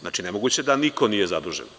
Znači, nemoguće da niko nije zadužen.